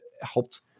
helped